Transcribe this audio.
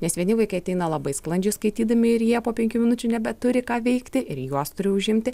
nes vieni vaikai ateina labai sklandžiai skaitydami ir jie po penkių minučių nebeturi ką veikti ir juos turi užimti